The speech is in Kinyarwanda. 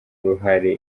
uruhare